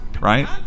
right